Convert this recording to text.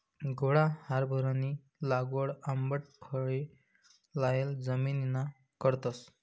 घोडा हारभरानी लागवड आंबट फये लायेल जमिनना करतस